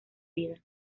vida